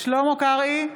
שלמה קרעי,